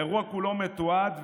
האירוע כולו מתועד,